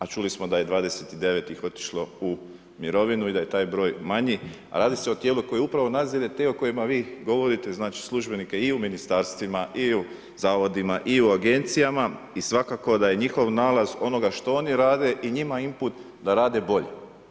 A čuli smo da je 29 ih otišlo u mirovinu i da je taj broj manji, a radi se o tijelu koje upravo nadzire te o kojima vi govorite, znači službenike i u ministarstvima i u zavodima i u agencijama i svakako da je njihov nalaz onoga što oni rade i njima imput da rade bolje.